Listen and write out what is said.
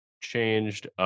changed